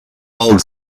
old